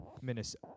Minnesota